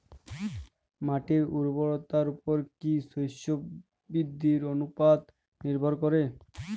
মাটির উর্বরতার উপর কী শস্য বৃদ্ধির অনুপাত নির্ভর করে?